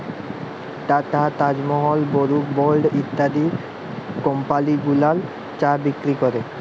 tata, Taj Mahal, Brooke Bond ইত্যাদি company গুলান চা বিক্রি ক্যরে